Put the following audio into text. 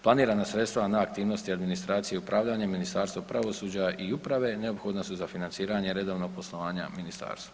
Planirana sredstva na aktivnosti administracije i upravljanje Ministarstvo pravosuđa i uprave neophodna su za financiranje redovnog poslovanja ministarstva.